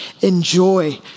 enjoy